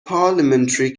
parliamentary